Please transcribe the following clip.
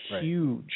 huge